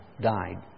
died